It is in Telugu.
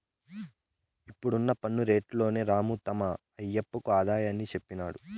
ఇప్పుడున్న పన్ను రేట్లలోని రాము తమ ఆయప్పకు ఆదాయాన్ని చెప్పినాడు